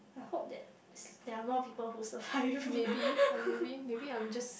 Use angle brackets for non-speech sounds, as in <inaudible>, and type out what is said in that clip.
I hope that it's there are more people who survive <laughs>